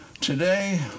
Today